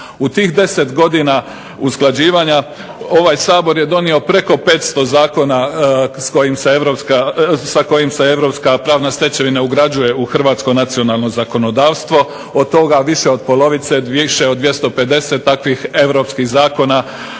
U tih 10 godina usklađivanja ovaj Sabor je donio preko 500 zakona s kojim se europska pravna stečevina ugrađuje u hrvatsko nacionalno zakonodavstvo, od toga više od polovice više od 250 takvih europskog zakona